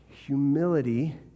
Humility